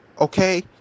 okay